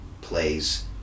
plays